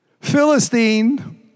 Philistine